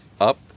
up